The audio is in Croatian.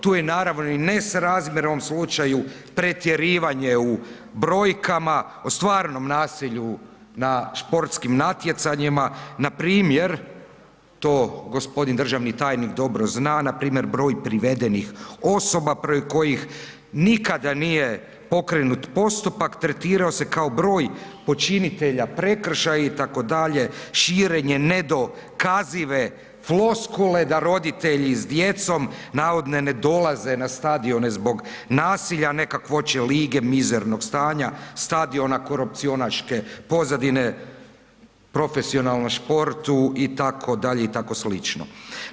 Tu je naravno i nesrazmjer u ovom slučaju pretjerivanje u brojkama o stvarnom nasilju na športskim natjecanjima npr. to gospodin državni tajnik dobro zna, npr. broj privedenih osoba protiv kojih nikada nije pokrenut postupak tretirao se kao broj počinitelja prekršaja itd., širenje nedokazive floskule da roditelji s djecom navodno ne dolaze na stadiona zbog nasilja, ne kakvoće lige, mizernog stanja stadiona, korupcionaške pozadine profesionalnom športu i tako dalje i tako slično.